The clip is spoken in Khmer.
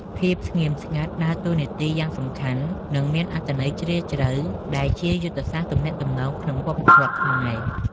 ភាពស្ងៀមស្ងាត់ដើរតួនាទីយ៉ាងសំខាន់ និងមានអត្ថន័យជ្រាលជ្រៅដែលជាយុទ្ធសាស្ត្រទំនាក់ទំនងក្នុងវប្បធម៌ខ្មែរ។